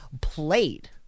played